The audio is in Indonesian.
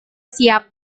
siap